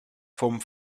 vom